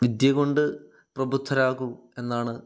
വിദ്യ കൊണ്ട് പ്രബുദ്ധരാകു എന്നാണ്